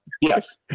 Yes